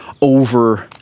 over